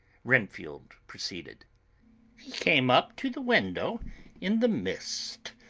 renfield proceeded he came up to the window in the mist,